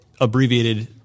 abbreviated